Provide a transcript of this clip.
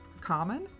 common